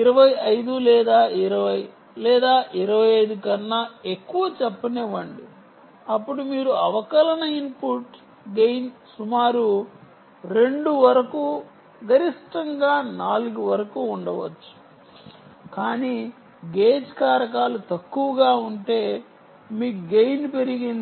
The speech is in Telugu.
25 లేదా 20 లేదా 25 కన్నా ఎక్కువ చెప్పనివ్వండి అప్పుడు మీరు అవకలన ఇన్పుట్ gain సుమారు 2 వరకు గరిష్టంగా 4 వరకు ఉండవచ్చు కానీ గేజ్ కారకాలు తక్కువగా ఉంటే మీ gain పెరిగింది